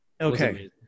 Okay